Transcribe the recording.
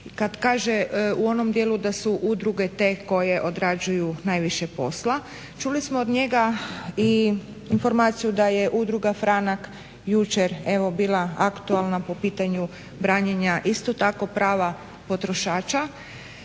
kad kaže u onom dijelu da su udruge te koje odrađuju najviše posla. Čuli smo od njega i da je udruga Franak jučer evo bila aktualna po pitanju branjenja isto tako prava potrošača